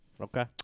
Okay